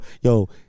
yo